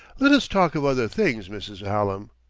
let us talk of other things, mrs. hallam,